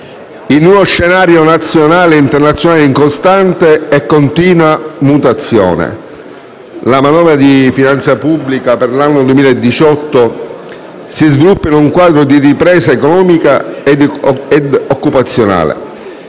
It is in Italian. in uno scenario nazionale e internazionale in costante e continua mutazione. La manovra di finanza pubblica per l'anno 2018 si sviluppa in un quadro di ripresa economica e occupazionale.